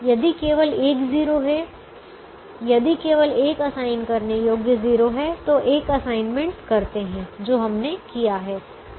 यदि केवल एक 0 है यदि केवल एक असाइन करने योग्य 0 है तो एक असाइनमेंट करते हैं जो हमने किया है